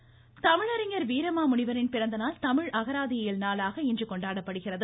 வீரமா முனிவர் தமிழறிஞர் வீரமாமுனிவரின் பிறந்தநாள் தமிழ் அகராதி இயல் நாளாக இன்று கொண்டாடப்படுகிறது